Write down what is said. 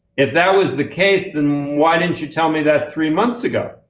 if that was the case then why didn't you tell me that three months ago.